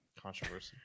Controversy